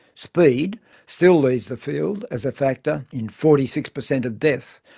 speed still leads the field as a factor in forty six per cent of deaths,